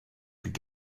could